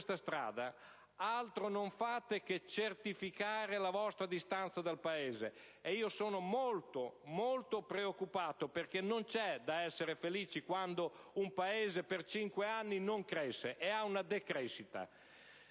su questa strada, altro non fate che certificare la vostra distanza dal Paese. Io sono molto, molto preoccupato, perché non bisogna essere felici quando un Paese per cinque anni non cresce, ha una decrescita.